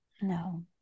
No